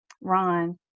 ron